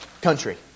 country